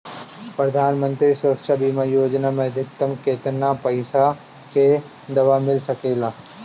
प्रधानमंत्री सुरक्षा बीमा योजना मे अधिक्तम केतना पइसा के दवा मिल सके ला?